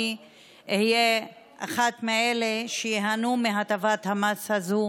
אהיה אחת מאלה שייהנו מהטבת המס הזאת,